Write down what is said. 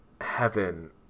heaven